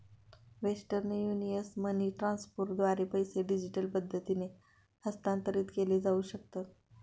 western Union money ट्रान्स्फरद्वारे पैसे digital पद्धतीने हस्तांतरित केले जाऊ शकतात